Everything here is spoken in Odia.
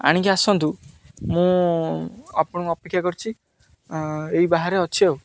ଆଣିକି ଆସନ୍ତୁ ମୁଁ ଆପଣଙ୍କୁ ଅପେକ୍ଷା କରିଛି ଏଇ ବାହାରେ ଅଛି ଆଉ